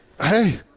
hey